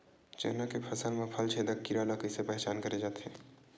चना के फसल म फल छेदक कीरा ल कइसे पहचान करे जाथे?